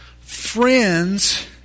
friends